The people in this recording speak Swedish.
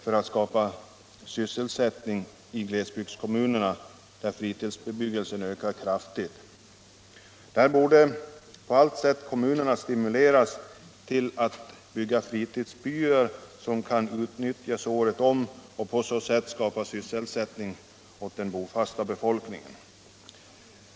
För att skapa sysselsättning i glesbygdskommunerna där fritidsbebyggelsen ökar kraftigt, borde kommunerna på allt sätt stimuleras till att bygga fritidsbyar, som kan utnyttjas året om och på så sätt skapa sysselsättning åt den bofasta befolkningen.